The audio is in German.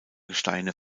gesteine